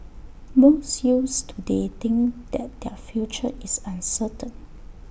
most youths today think that their future is uncertain